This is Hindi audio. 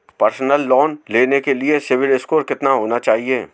पर्सनल लोंन लेने के लिए सिबिल स्कोर कितना होना चाहिए?